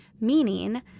meaning